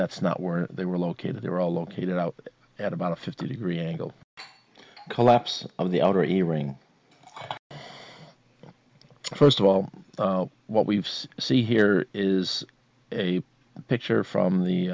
that's not where they were located they're all located out at about a fifty degree angle collapse of the outer hearing first of all what we've see here is a picture from the